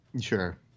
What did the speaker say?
Sure